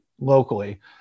locally